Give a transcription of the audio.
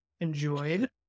enjoyed